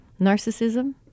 narcissism